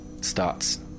starts